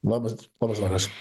labas labas vakaras